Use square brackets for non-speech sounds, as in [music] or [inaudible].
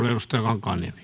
[unintelligible] edustaja